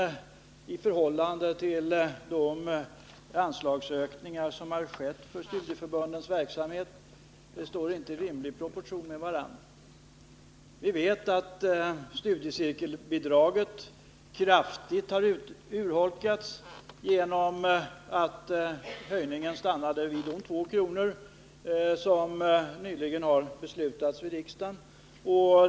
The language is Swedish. Det är inte sant, för de anslagsökningar som har skett till studieförbundens verksamhet står inte i rimlig proportion till kostnads utvecklingen. Vi vet att studiecirkelbidragen kraftigt har urholkats genom att höjningen stannade vid de 2 kr. som riksdagen nyligen har beslutat om.